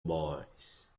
boys